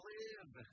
live